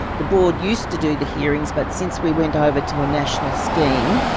the board used to do the hearings but since we went over to a national scheme,